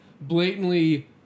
blatantly